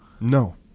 No